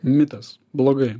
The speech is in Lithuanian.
mitas blogai